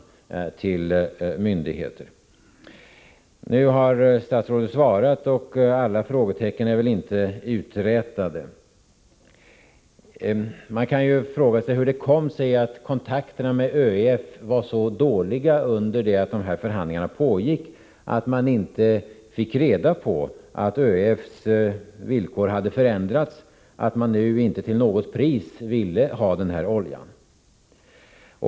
Statsrådet har nu svarat, men alla frågetecken är inte uträtade. Hur kom det sig t.ex. att kontakterna med ÖEF var så dåliga under den tid som förhandlingarna pågick att regeringen inte fick reda på att ÖEF:s villkor hade förändrats och att ÖEF inte till något pris ville ha oljan?